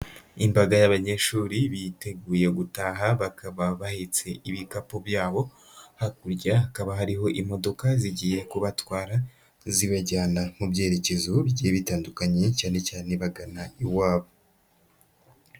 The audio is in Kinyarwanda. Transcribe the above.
Imbaga y'abanyeshuri biteguye gutaha, bakaba bahitse ibikapu byabo, hakurya hakaba hariho imodoka zigiye kubatwara zibajyana mu byerekezo bye bitandukanye, cyane cyane bagana iwabo.